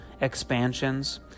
expansions